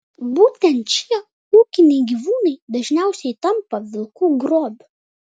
būtent šie ūkiniai gyvūnai dažniausiai tampa vilkų grobiu